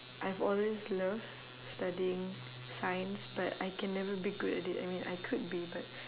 I've always love studying science but I can never be good at it I mean I could be but